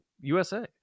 usa